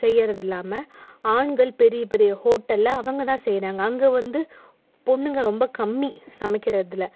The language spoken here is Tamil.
செய்கிறது இல்லாமல் ஆண்கள் பெரிய பெரிய ஹோட்டலில் அவங்கதான் செய்கிறாங்க அங்கே வந்து பெண்ணுங்க ரொம்ப கம்மி சமைக்கிறதில்